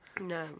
No